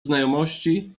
znajomości